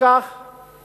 כך